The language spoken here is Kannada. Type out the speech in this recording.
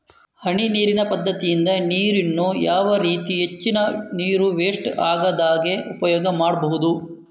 ಹನಿ ನೀರಿನ ಪದ್ಧತಿಯಿಂದ ನೀರಿನ್ನು ಯಾವ ರೀತಿ ಹೆಚ್ಚಿನ ನೀರು ವೆಸ್ಟ್ ಆಗದಾಗೆ ಉಪಯೋಗ ಮಾಡ್ಬಹುದು?